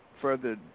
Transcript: further